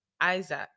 Isaac